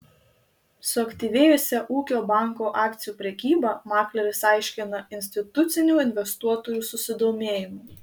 suaktyvėjusią ūkio banko akcijų prekybą makleris aiškina institucinių investuotojų susidomėjimu